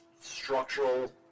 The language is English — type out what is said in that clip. structural